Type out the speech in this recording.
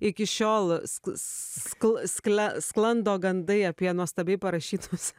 iki šiol sk s skl skle sklando gandai apie nuostabiai parašytus